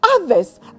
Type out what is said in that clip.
Others